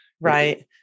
Right